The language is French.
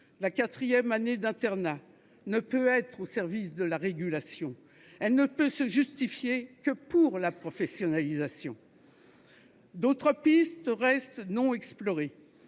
La quatrième année d'internat ne peut être au service de la régulation, elle ne peut se justifier que pour la professionnalisation. D'autres pistes restent inexplorées.